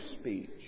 speech